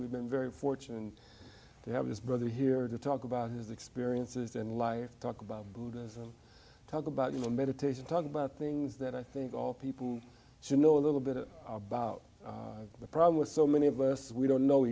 we've been very fortunate to have his brother here to talk about his experiences in life talk about buddhism talk about you know meditation talking about things that i think all people should know a little bit about the problem with so many of us we don't know